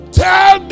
tell